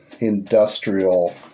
industrial